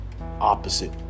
opposite